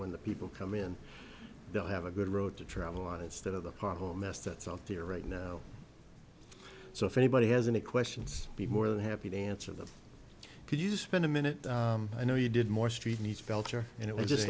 the people come in they'll have a good road to travel on instead of the pothole mess that's out there right now so if anybody has any questions be more than happy to answer them could you spend a minute i know you did more street needs felter and it was just